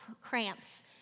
cramps